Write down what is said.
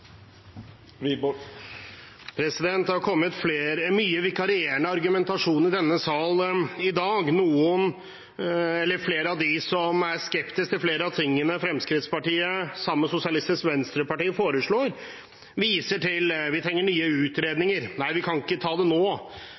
vi for dette hver eneste dag. Det har kommet mye vikarierende argumentasjon i denne salen i dag. Flere av dem som er skeptiske til flere av tingene Fremskrittspartiet sammen med SV foreslår, viser til at vi trenger nye utredninger, at vi ikke kan ta det nå.